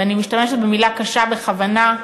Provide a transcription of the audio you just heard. ואני משתמשת במילה קשה בכוונה,